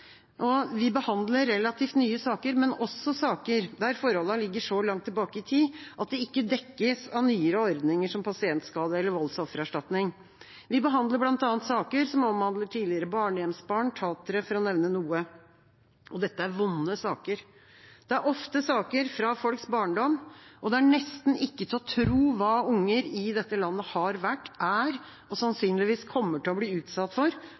Vi behandler relativt nye saker, men også saker der forholdene ligger så langt tilbake i tid at de ikke dekkes av nyere ordninger som pasientskadeerstatning eller voldsoffererstatning. Vi behandler bl.a. saker som omhandler tidligere barnehjemsbarn og tatere – for å nevne noe. Dette er vonde saker. Det er ofte saker fra folks barndom. Det er nesten ikke til å tro hva unger i dette landet har vært, er og sannsynligvis kommer til å bli utsatt for,